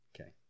Okay